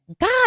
God